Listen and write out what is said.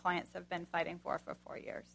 clients have been fighting for for four years